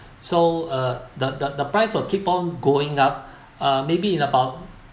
so uh the the the price will keep on going up uh maybe in about